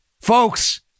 Folks